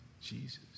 Jesus